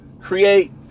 create